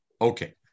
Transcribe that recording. Okay